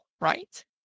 right